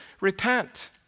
repent